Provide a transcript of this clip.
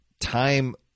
Time